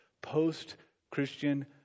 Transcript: post-Christian